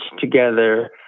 together